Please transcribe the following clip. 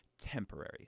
temporary